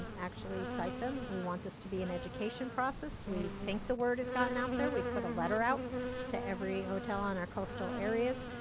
actually cite them. we want this to be an education process. we think the word has gotten out there. we've put a letter out to every hotel in our coastal areas.